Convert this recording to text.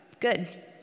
good